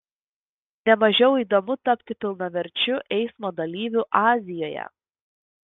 ne mažiau įdomu tapti pilnaverčiu eismo dalyviu azijoje